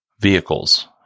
vehicles